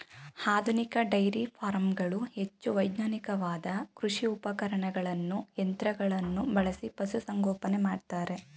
ಆಧುನಿಕ ಡೈರಿ ಫಾರಂಗಳು ಹೆಚ್ಚು ವೈಜ್ಞಾನಿಕವಾದ ಕೃಷಿ ಉಪಕರಣಗಳನ್ನು ಯಂತ್ರಗಳನ್ನು ಬಳಸಿ ಪಶುಸಂಗೋಪನೆ ಮಾಡ್ತರೆ